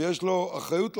ויש לו אחריות לחקלאות.